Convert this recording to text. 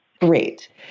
Great